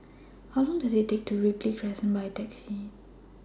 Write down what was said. How Long Does IT Take to get to Ripley Crescent By Taxi